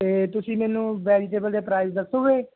ਅਤੇ ਤੁਸੀਂ ਮੈਨੂੰ ਵੈਜੀਟੇਬਲ ਦੇ ਪ੍ਰਾਈਜ ਦੱਸੋਗੇ